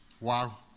Wow